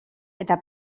eta